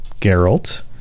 Geralt